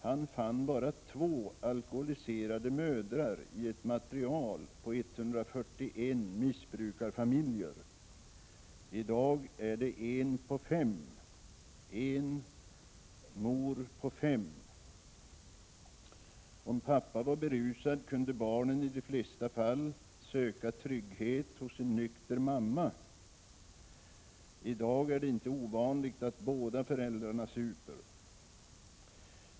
Han fann bara två alkoholiserade mödrar i ett material på 141 missbrukarfamiljer. I dag är det en på fem, en mor på fem alkoholistfamiljer. Om pappa var berusad kunde barnen tidigare i de flesta fall söka trygghet hos en nykter mamma. I dag är det inte ovanligt att båda föräldrarna super.